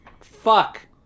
Fuck